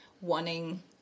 wanting